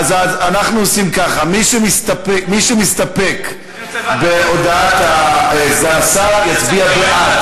אנחנו עושים ככה: מי שמסתפק בהודעת סגן השר יצביע בעד.